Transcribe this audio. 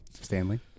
Stanley